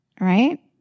right